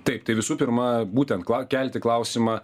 taip tai visų pirma būtent kla kelti klausimą